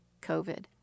COVID